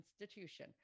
institution